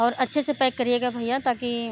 और अच्छे से पैक करिएगा भैया ताकि